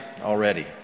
already